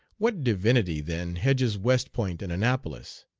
what divinity, then, hedges west point and annapolis?